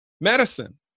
medicine